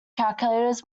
calculators